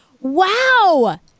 Wow